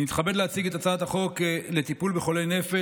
אני מתכבד להציג את הצעת החוק לטיפול בחולי נפש